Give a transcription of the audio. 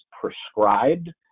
prescribed